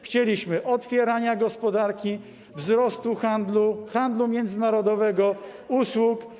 Chcieliśmy otwierania gospodarki, wzrostu handlu, handlu międzynarodowego, usług.